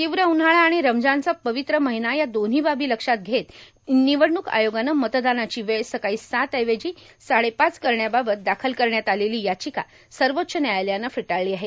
तीव्र उन्हाळा आणि रमजानचा पवित्र महिना या दोन्ही बाबी लक्षात घेत निवडणूक आयोगानं मतदानाची वेळ सकाळी सात ऐवजी साडेपाच करण्याबाबत दाखल करण्यात आलेली याचिका सर्वोच्च न्यायालयानं फेटाळली आहे